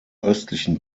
östlichen